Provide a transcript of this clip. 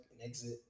exit